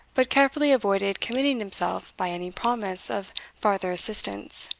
but carefully avoided committing himself by any promise of farther assistance.